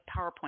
PowerPoint